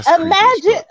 Imagine